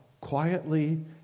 quietly